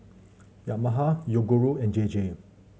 Yamaha Yoguru and J J